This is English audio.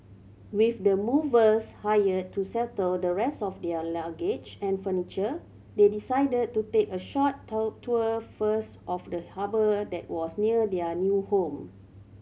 with the movers hired to settle the rest of their luggage and furniture they decided to take a short toe tour first of the harbour that was near their new home